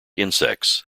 insects